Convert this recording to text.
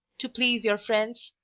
to please your friends,